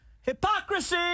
Hypocrisy